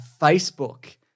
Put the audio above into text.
Facebook